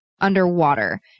underwater